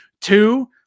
Two